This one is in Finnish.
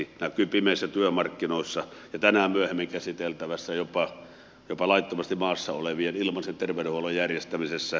se näkyy pimeissä työmarkkinoissa ja tänään myöhemmin käsiteltävässä jopa laittomasti maassa olevien ilmaisen terveydenhuollon järjestämisessä